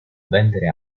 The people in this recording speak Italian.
vendere